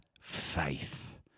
faith